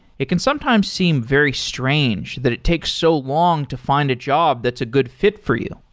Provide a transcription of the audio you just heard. it can sometimes seem very strange that it takes so long to find a job that's a good fit for you.